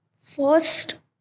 First